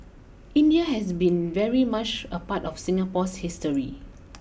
India has been very much a part of Singapore's history